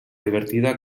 divertida